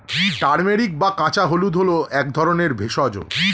turmeric বা কাঁচা হলুদ হল এক ধরনের ভেষজ